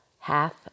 Half